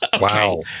wow